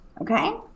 okay